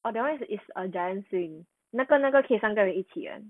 oh that [one] is a giant swing 那个那个可以三个人一起的